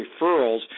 referrals